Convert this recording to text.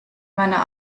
meiner